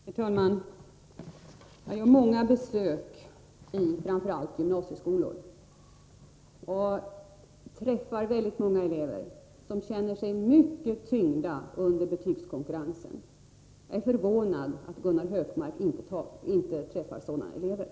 Herr talman! Jag gör många besök i framför allt gymnasieskolor och träffar väldigt många elever som känner sig mycket tyngda under betygskonkurrensen. Jag är förvånad att Gunnar Hökmark inte träffar sådana elever.